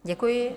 Děkuji.